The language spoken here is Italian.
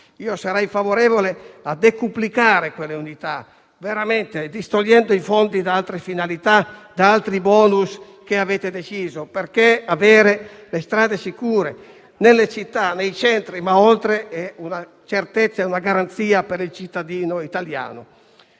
Io sarei favorevole a decuplicare veramente quelle unità, distogliendo soldi da altre finalità, da altri *bonus* che avete deciso, perché avere strade sicure nelle città e nei centri va oltre: è una certezza e una garanzia per il cittadino italiano.